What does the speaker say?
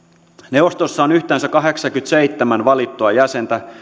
neuvostossa on yhteensä kahdeksankymmentäseitsemän valittua jäsentä